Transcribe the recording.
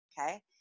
Okay